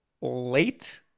Late